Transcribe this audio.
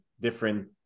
different